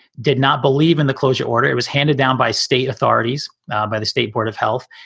did not believe in the closure order, it was handed down by state authorities now by the state board of health.